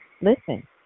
Listen